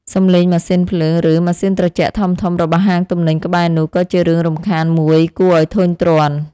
សំឡេងម៉ាស៊ីនភ្លើង ឬម៉ាស៊ីនត្រជាក់ធំៗរបស់ហាងទំនិញក្បែរនោះក៏ជារឿងរំខានមួយគួរឱ្យធុញទ្រាន់។